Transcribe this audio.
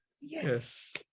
Yes